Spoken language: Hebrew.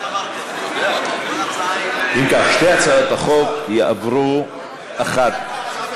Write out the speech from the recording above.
ההצעה להפוך את הצעת חוק ביטוח בריאות ממלכתי (תיקון,